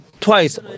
twice